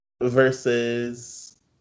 versus